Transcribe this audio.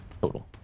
total